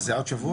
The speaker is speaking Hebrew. אז זה עוד שבוע?